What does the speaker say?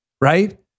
right